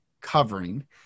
covering